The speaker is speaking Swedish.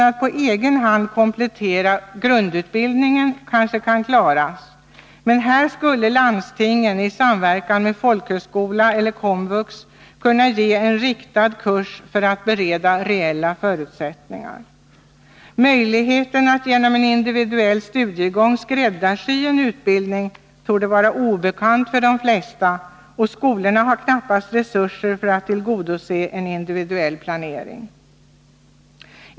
Att på egen hand komplettera grundutbildningen är kanske möjligt, men här skulle landstingen i samverkan med folkhögskola eller KOMVUX kunna ge en riktad kurs för att bereda reella förutsättningar. Möjligheten att genom en individuell studiegång skräddarsy en utbildning torde vara obekant för de flesta, och skolorna har knappast resurser för att tillgodose en individuell planering.